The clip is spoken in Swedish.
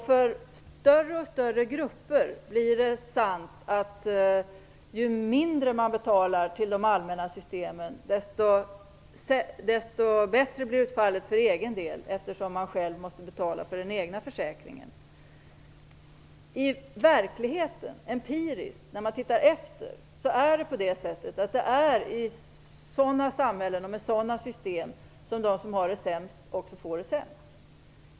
För allt större grupper blir det sant att ju mindre man betalar till det allmänna systemet desto bättre blir utfallet för egen del, eftersom man själv måste betala för den egna försäkringen. Om man tittar efter i verkligheten, empiriskt, är det i samhällen med sådana system som de som har det sämst också får det sämst.